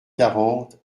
quarante